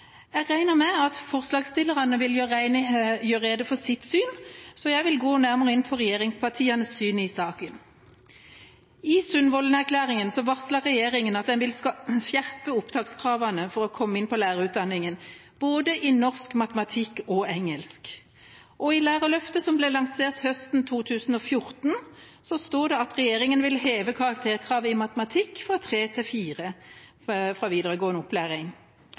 Jeg regner med at forslagsstillerne vil gjøre rede for sitt syn, så jeg vil nå gå nærmere inn på regjeringspartienes syn i saken. I Sundvolden-erklæringa varslet regjeringa at den vil skjerpe opptakskravene for å komme inn på lærerutdanninga, i både norsk, matematikk og engelsk. Og i Lærerløftet, som ble lansert høsten 2014, står det at regjeringa vil heve karakterkravet i matematikk fra 3 til 4 fra videregående opplæring.